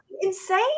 insane